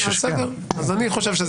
אני חושב שכן.